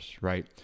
right